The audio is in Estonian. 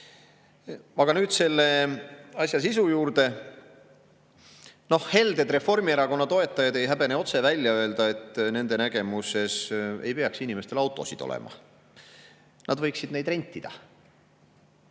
nüüd selle asja sisu juurde. Helded Reformierakonna toetajad ei häbene otse välja öelda, et nende nägemuses ei peaks inimestel autosid olema, nad võiksid neid rentida.